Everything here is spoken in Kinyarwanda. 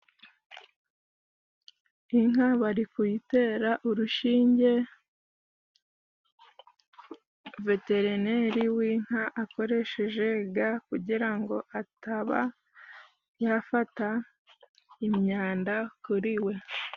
Inka barikuyitera urushinge. Veterineri w'inka akoresheje ga kugirango ataba yafata imyanda kuri we.